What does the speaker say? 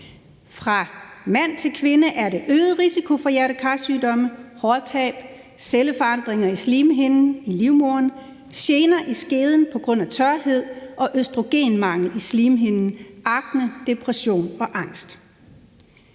Fra mand til kvinde er det: øget risiko for hjerte-kar-sygdomme, hårtab, celleforandringer i slimhinden i livmoderen, gener i skeden på grund af tørhed og østrogenmangel i slimhinden, akne, depression og angst.